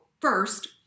first